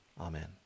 Amen